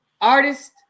artist